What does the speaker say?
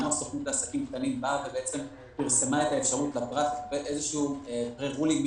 וגם הסוכנות לעסקים קטנים פרסמה את האפשרות לפרט לתת פרה רולינג ממנה,